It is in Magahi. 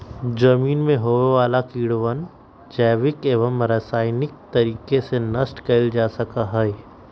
जमीन में होवे वाला कीड़वन जैविक एवं रसायनिक तरीका से नष्ट कइल जा सका हई